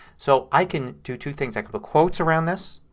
so i can do two things. i can put quotes around this